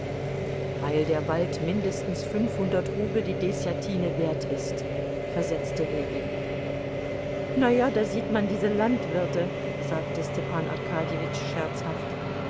weil der wald mindestens fünfhundert rubel die deßjatine wert ist versetzte ljewin na ja da sieht man diese landwirte sagte stepan arkadjewitsch scherzhaft